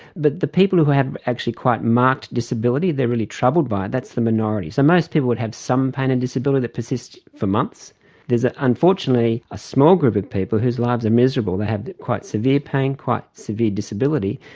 but the people who have actually quite marked disability, they are really troubled by it, that's the minority. so most people would have some pain and disability that persists for months. there is ah unfortunately a small group of people whose lives are miserable, they have quite severe pain, quite severe disability,